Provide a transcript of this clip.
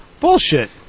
Bullshit